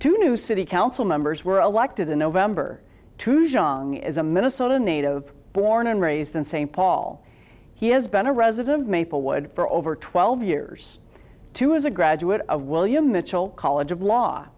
to new city council members were elected in november two zhang is a minnesota native born and raised in st paul he has been a resident of maplewood for over twelve years to as a graduate of william mitchell college of law